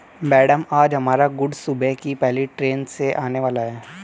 madam आज हमारा goods सुबह की पहली ट्रैन से आने वाला है